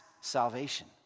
salvation